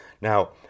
Now